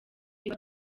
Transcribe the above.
biba